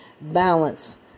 balance